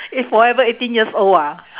you forever eighteen years old ah